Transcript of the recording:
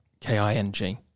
K-I-N-G